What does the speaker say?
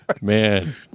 Man